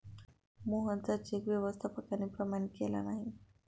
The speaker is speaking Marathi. मोहनचा चेक व्यवस्थापकाने प्रमाणित केला नाही